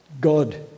God